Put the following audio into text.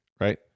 right